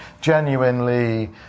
genuinely